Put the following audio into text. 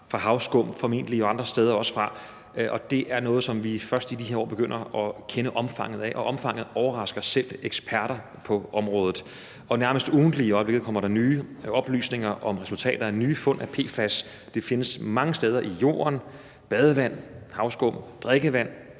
fra havskum og også fra andre steder – og det er noget, som vi først i de her år begynder at kende omfanget af, og omfanget overrasker selv eksperter på området. I øjeblikket kommer der nærmest ugentligt oplysninger om nye fund af PFAS. Det findes mange steder i jorden, i badevand, havskum, drikkevand